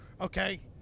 okay